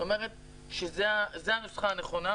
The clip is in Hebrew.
זאת אומרת שזו הנוסחה הנכונה,